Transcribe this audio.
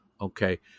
Okay